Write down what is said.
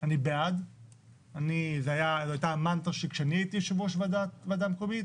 אני בעד וזאת הייתה המנטרה שלי כשאני הייתי יושב-ראש ועדה מקומית